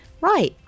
Right